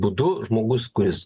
būdu žmogus kuris